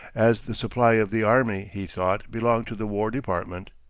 as the supply of the army, he thought, belonged to the war department.